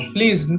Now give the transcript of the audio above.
Please